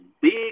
big